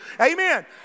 Amen